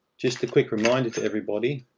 just a quick reminder to everybody,